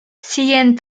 siguen